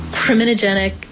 criminogenic